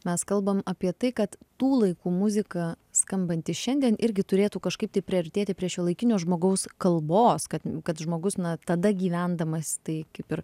mes kalbam apie tai kad tų laikų muzika skambanti šiandien irgi turėtų kažkaip tai priartėti prie šiuolaikinio žmogaus kalbos kad kad žmogus na tada gyvendamas tai kaip ir